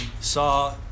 saw